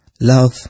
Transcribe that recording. love